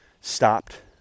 stopped